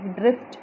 drift